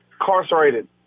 Incarcerated